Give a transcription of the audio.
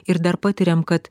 ir dar patiriam kad